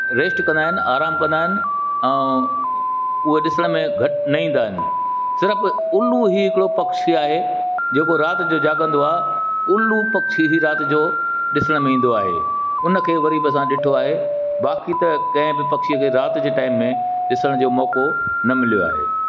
rest कंदा आहिनि आराम कंदा आहिनि ऐं उहे ॾिसण में घटि न ईंदा आहिनि सिर्फ़ उलू ई हिकिड़ो पक्षी आहे जेको राति जो जाॻंदो आहे उलू पक्षी ई राति जो ॾिसण में ईंदो आहे हुन खे वरी बि असां ॾिठो आहे बाक़ी त कंहिं बि पक्षीअ खे राति जे टाइम में ॾिसण जो मौक़ो न मिलियो आहे